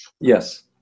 Yes